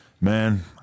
man